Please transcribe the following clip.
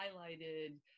highlighted